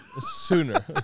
sooner